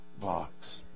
box